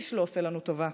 איש לא עושה לנו טובה,